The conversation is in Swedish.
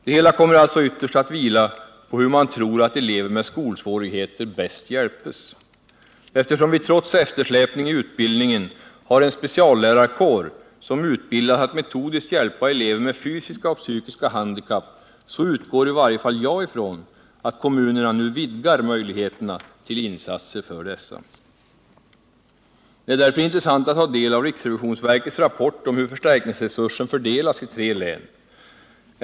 Det hela kommer alltså ytterst att vila på hur man tror att elever med skolsvårigheter bäst hjälpes. Eftersom vi trots eftersläpning i utbildningen har en speciallärarkår som utbildats att metodiskt hjälpa elever med fysiska och psykiska handikapp, så utgår i varje fall jag ifrån att kommunerna nu vidgar möjligheterna till insatser för dessa. Det är därför intressant att ta del av riksrevisionsverkets rapport om hur förstärkningsresursen fördelats i tre län.